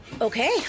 okay